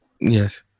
yes